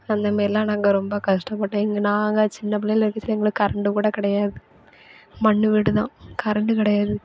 அந்த மாரில்லாம் நாங்கள் ரொம்ப கஷ்டபட்டு எங் நாங்க சின்ன பிள்ளைகளா இருக்கச்சல எங்களுக்கு கரண்டு கூட கிடையாது மண்ணு வீடுதான் கரண்டு கிடையாது